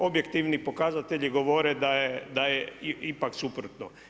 Objektivni pokazatelji govore da je ipak suprotno.